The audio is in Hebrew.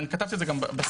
כתבתי את זה גם בסיכום.